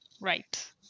Right